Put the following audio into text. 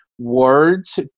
words